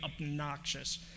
obnoxious